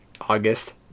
August